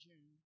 June